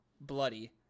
bloody